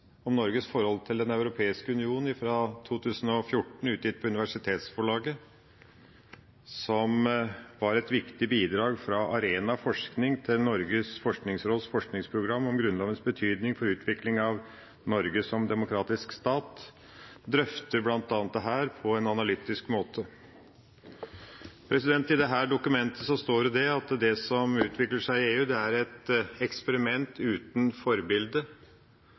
Om Norges forhold til Den europeiske union» fra 2014, utgitt på Universitetsforlaget, som var et viktig bidrag fra ARENA forskning til Norges forskningsråds forskningsprogram om «Grunnlovens betydning for utviklingen av Norge som demokratisk stat», drøfter bl.a. dette på en analytisk måte. I dette dokumentet står det at det som utvikler seg i EU, er «et eksperiment uten forbilde»,